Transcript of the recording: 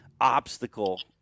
obstacle